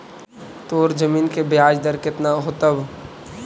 तोर जमीन के ब्याज दर केतना होतवऽ?